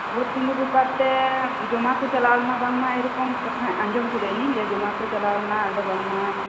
ᱵᱷᱳᱴ ᱛᱤᱸᱜᱩ ᱵᱮᱯᱟᱨ ᱛᱮ ᱡᱚᱢᱟ ᱠᱚ ᱪᱟᱞᱟᱣ ᱞᱮᱱᱟ ᱵᱟᱝᱢᱟ ᱮᱭᱨᱚᱠᱚᱢ ᱠᱟᱛᱷᱟ ᱟᱸᱡᱚᱢ ᱠᱤᱫᱟᱭᱤᱧ ᱡᱮ ᱡᱚᱢᱟ ᱠᱚ ᱪᱟᱞᱟᱣ ᱞᱮᱱᱟ ᱟᱫᱚ ᱵᱟᱝᱢᱟ